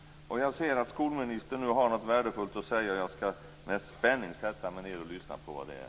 Jag ser att skolministern nu har något värdefullt att säga och jag skall med spänning lyssna på vad det är.